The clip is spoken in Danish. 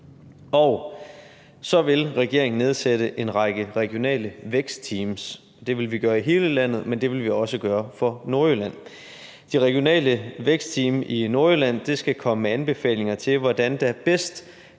Og så vil regeringen nedsætte en række regionale vækstteams; det vil vi gøre i hele landet, men det vil vi også gøre i Nordjylland. Det regionale vækstteam i Nordjylland skal komme med anbefalinger til, hvordan der bedst